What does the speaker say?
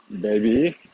baby